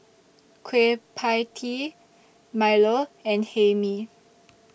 Kueh PIE Tee Milo and Hae Mee